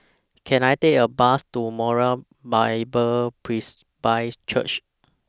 Can I Take A Bus to Moriah Bible Presby Church